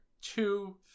Two